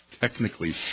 technically